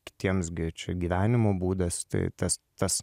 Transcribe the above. kitiems gi čia gyvenimo būdas tai tas tas